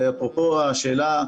אפרופו השאלה.